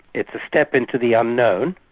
it's a step into the unknown.